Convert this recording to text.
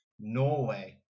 Norway